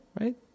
right